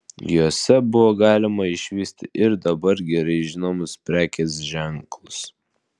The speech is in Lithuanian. jose buvo galima išvysti ir dabar gerai žinomus prekės ženklus